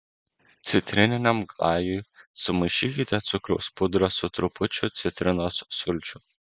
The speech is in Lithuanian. citrininiam glajui sumaišykite cukraus pudrą su trupučiu citrinos sulčių